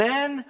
Men